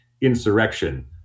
insurrection